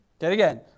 Again